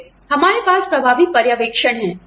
फिर हमारे पास प्रभावी पर्यवेक्षण है